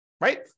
right